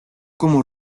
como